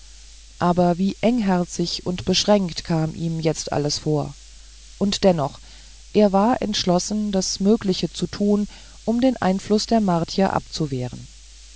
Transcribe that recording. aber wie engherzig und beschränkt kam ihm jetzt alles vor und dennoch er war entschlossen das mögliche zu tun um den einfluß der martier abzuwehren